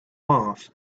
off